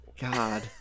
god